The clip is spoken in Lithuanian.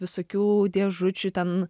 visokių dėžučių ten